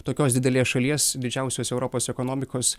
tokios didelės šalies didžiausios europos ekonomikos